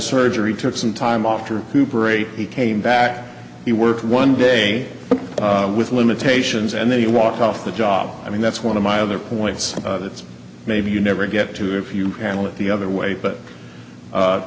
surgery took some time off to hooper a p came back he worked one day with limitations and then he walked off the job i mean that's one of my other points that's maybe you never get to if you handle it the other way but